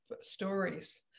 stories